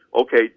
okay